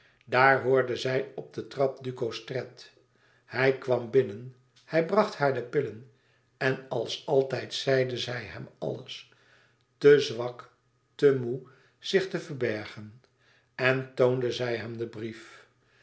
daar hoorde zij op de trap duco's tred hij kwam binnen hij bracht haar de pillen en als altijd zeide zij hem alles te zwak te moê zich te verbergen en toonde zij hem den brief